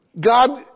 God